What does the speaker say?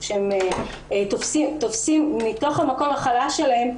מתוך המקום החלש שלהן,